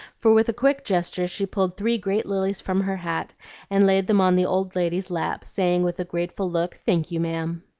for with a quick gesture she pulled three great lilies from her hat and laid them on the old lady's lap, saying with a grateful look, thank you, ma'am.